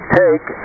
take